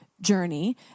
journey